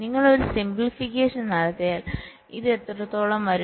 നിങ്ങൾ ഒരു സിംപ്ലിഫിക്കേഷൻ നടത്തിയാൽ ഇത് എത്രത്തോളം വരും